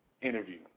interview